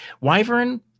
Wyvern